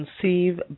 conceive